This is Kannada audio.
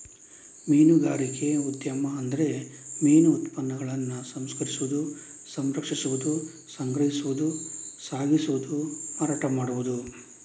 ಮೀನುಗಾರಿಕೆ ಉದ್ಯಮ ಅಂದ್ರೆ ಮೀನು ಉತ್ಪನ್ನಗಳನ್ನ ಸಂಸ್ಕರಿಸುದು, ಸಂರಕ್ಷಿಸುದು, ಸಂಗ್ರಹಿಸುದು, ಸಾಗಿಸುದು, ಮಾರಾಟ ಮಾಡುದು